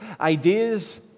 ideas